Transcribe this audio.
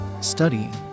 Studying